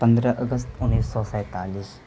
پندرہ اگست انیس سو سینتالیس